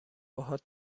باهات